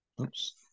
Oops